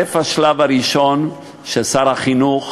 השלב הראשון הוא ששר החינוך